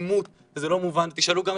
השאלה שלי,